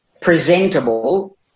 presentable